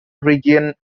region